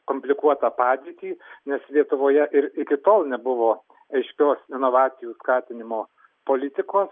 komplikuotą padėtį nes lietuvoje ir iki tol nebuvo aiškios inovacijų skatinimo politikos